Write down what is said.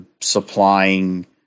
supplying